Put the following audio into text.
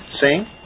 sing